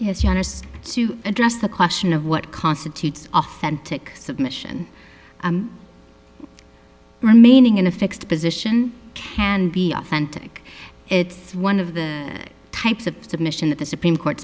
his youngest to address the question of what constitutes authentic submission remaining in a fixed position can be authentic it's one of the types of submission that the supreme court